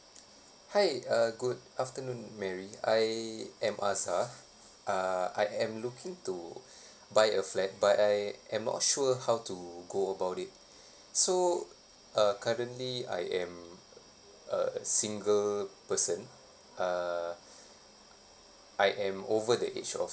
hi uh good afternoon mary I am azar uh I am looking to buy a flat but I am not sure how to go about it so uh currently I am uh single person uh I am over the age of